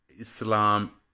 Islam